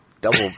Double